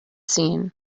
seen